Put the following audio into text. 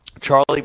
Charlie